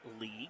league